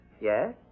Yes